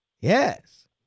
Yes